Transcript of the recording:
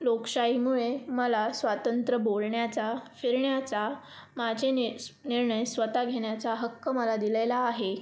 लोकशाहीमुळे मला स्वतंत्र बोलण्याचा फिरण्याचा माझे नि स निर्णय स्वत घेण्याचा हक्क मला दिलेला आहे